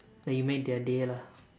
like you made their day lah